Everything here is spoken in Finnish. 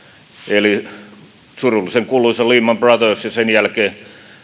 eli tuli surullisen kuuluisa lehman brothers ja sen jälkeen